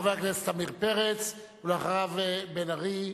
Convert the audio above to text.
חבר הכנסת עמיר פרץ, ואחריו, בן-ארי.